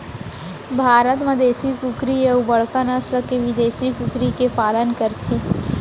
भारत म देसी कुकरी अउ बड़का नसल के बिदेसी कुकरी के पालन करथे